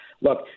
Look